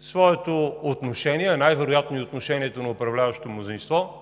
своето отношение, а най-вероятно и отношението на управляващото мнозинство,